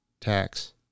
tax